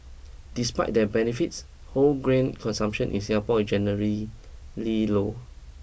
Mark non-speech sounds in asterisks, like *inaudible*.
despite their benefits whole grain consumption in Singapore is generally *unintelligible* low